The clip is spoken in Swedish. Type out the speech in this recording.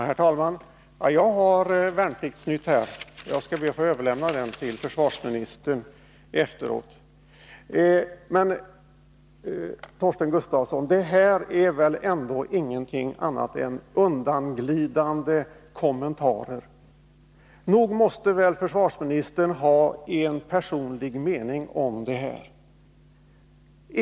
Herr talman! Jag har det aktuella numret av Värnplikts-Nytt framför mig och skall be att få överlämna det till försvarsministern efter denna debatt. Vad Torsten Gustafsson här har sagt är ingenting annat än undanglidande kommentarer. Nog måste väl försvarsministern ha en personlig mening om detta reklamsamarbete.